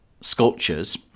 sculptures